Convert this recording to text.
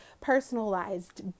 personalized